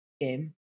game